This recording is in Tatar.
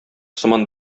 сыман